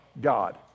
god